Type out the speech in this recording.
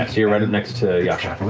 you're right next to yasha.